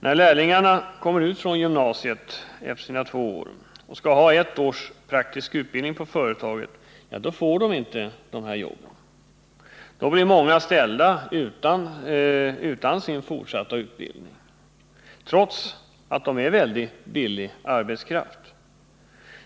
När lärlingarna kommer ut från gymnasiet efter sina två år och skall ha ett års praktisk utbildning på företagen, då får de inte dessa jobb. Då blir många ställda utan sin fortsatta utbildning, trots att de är mycket billig arbetskraft.